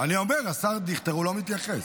אני אומר השר דיכטר, הוא לא מתייחס.